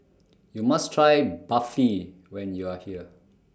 YOU must Try Barfi when YOU Are here